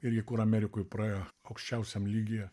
irgi kur amerikoj praėjo aukščiausiam lygyje